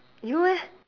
you eh